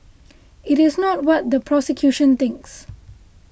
it is not what the prosecution thinks